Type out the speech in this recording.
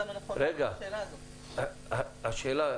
השאלה היא